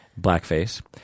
Blackface